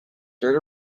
dirt